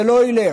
זה לא ילך,